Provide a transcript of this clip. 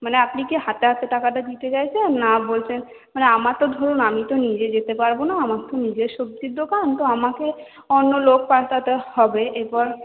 মানে আপনি কি হাতে হাতে টাকাটা দিতে চাইছেন না বলছেন মানে আমার তো ধরুন আমি তো নিজে যেতে পারবো না আমার তো নিজের সবজির দোকান তো আমাকে অন্য লোক পাঠাতে হবে এবার